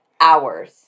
hours